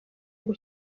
ngo